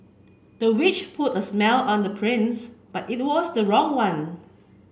the witch put a smell on the prince but it was the wrong one